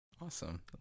Awesome